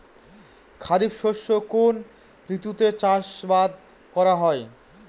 খরিফ শস্য কোন ঋতুতে চাষাবাদ করা হয়?